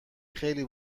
خیلی